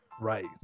Right